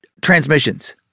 transmissions